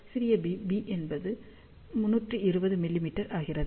சிறிய B B 320 மிமீ ஆகிறது